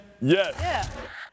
Yes